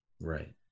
Right